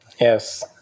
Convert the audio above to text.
Yes